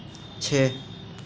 छः